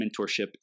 mentorship